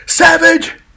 Savage